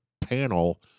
panel